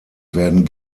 werden